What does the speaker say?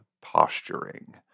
Posturing